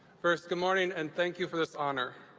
first, good morning and thank you for this honor.